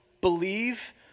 believe